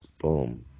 Boom